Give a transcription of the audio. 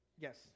Yes